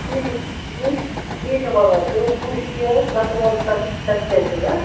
ٹھیٖک کیٚنٛہہ چھُنہٕ پرواے سٲنۍ کوٗشِش چھِ یِہٲے کسٹمرس